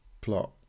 plot